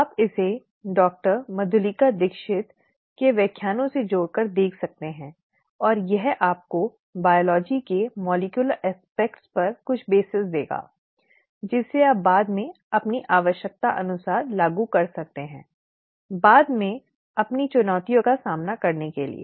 आप इसे डॉ मधुलिका दीक्षित के व्याख्यानों से जोड़कर देख सकते हैं और यह आपको जीव विज्ञान के आणविक पहलुओं पर कुछ आधार देगा जिसे आप बाद में अपनी आवश्यकताओं पर लागू कर सकते हैं बाद में अपनी चुनौतियों का सामना करने के लिए